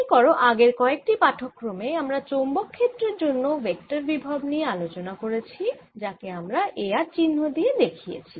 মনে করো আগের কয়েকটি পাঠক্রমে আমরা চৌম্বক ক্ষেত্রের জন্য ভেক্টর বিভব নিয়ে আলোচনা করেছি যাকে আমরা A r চিহ্ন দিয়ে দেখিয়েছি